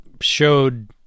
showed